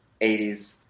80s